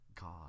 God